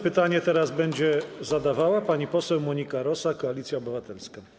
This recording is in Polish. Pytanie teraz będzie zadawała pani poseł Monika Rosa, Koalicja Obywatelska.